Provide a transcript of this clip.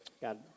God